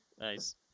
Nice